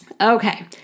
Okay